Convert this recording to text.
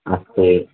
अस्ति